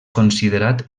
considerat